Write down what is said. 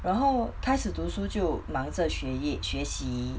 然后开始读书就忙着学业学习